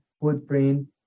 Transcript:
footprint